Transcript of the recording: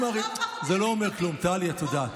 למדתי לימודי ליבה,